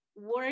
work